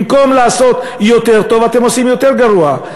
במקום לעשות יותר טוב, אתם עושים יותר גרוע.